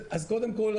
קודם כל,